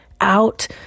out